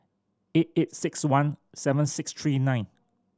eight eight six one seven six three nine